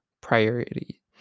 priority